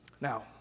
Now